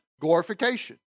glorification